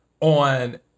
on